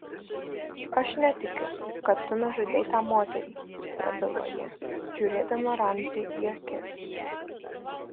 aš netikiu kad tu nužudei tą moterį prabilo ji žiūrėdama ramziui į akis